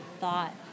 thought